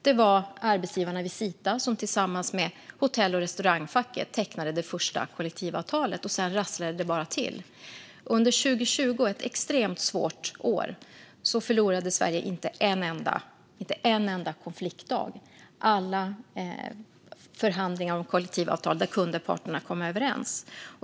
Det var arbetsgivarna i Visita som tillsammans med Hotell och Restaurangfacket tecknade det första kollektivavtalet, och sedan rasslade det bara till. Under 2020 - ett extremt svårt år - hade Sverige inte en enda konfliktdag; i alla förhandlingar om kollektivavtal kunde parterna komma överens.